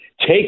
take